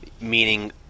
Meaning